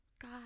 God